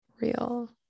real